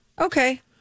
Okay